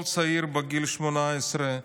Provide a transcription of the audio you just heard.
כל צעיר בגיל 18,